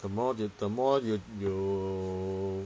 the more you the more you you